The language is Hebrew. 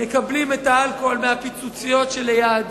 מקבלים את האלכוהול מה"פיצוציות" שליד.